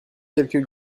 quelques